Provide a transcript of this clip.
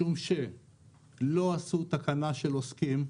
משום שלא עשו תקנה של עוסקים,